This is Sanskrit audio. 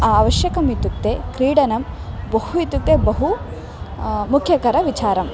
आवश्यकम् इत्युक्ते क्रीडनं बहु इत्युक्ते बहु मुख्यकरं विचारम्